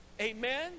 Amen